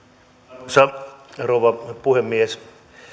arvoisa rouva puhemies en